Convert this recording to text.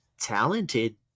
talented